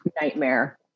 nightmare